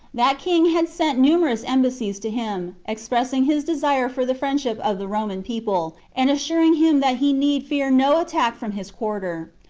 that king had sent numerous embassies to him, expressing his desire for the friendship of the roman people, and assuring him that he need fear no attack from his quarter.